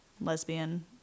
lesbian